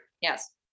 Yes